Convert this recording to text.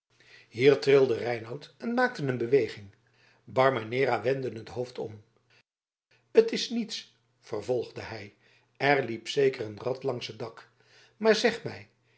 hier trilde reinout en maakte een beweging barbanera wendde het hoofd om t is niets vervolgde hij er liep zeker een rat langs het dak maar zeg mij